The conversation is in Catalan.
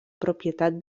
propietat